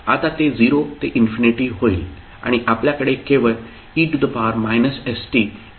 आता ते 0 ते इन्फिनिटी होईल आणि आपल्याकडे केवळ e st इंटिग्रेट करण्याचा घटक असेल